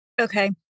Okay